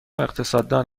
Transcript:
اقتصاددان